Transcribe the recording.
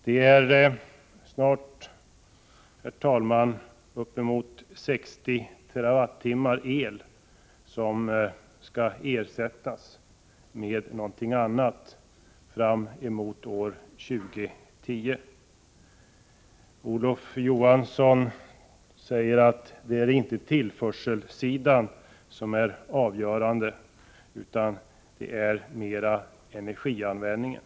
Det är, herr talman, snart uppemot 60 TWh el som år 2010 skall ersättas med någonting annat. Olof Johansson sade att det inte är tillförselsidan som är avgörande, utan mera energianvändningen.